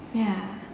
ya